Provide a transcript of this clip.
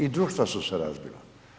I društva su se razbila.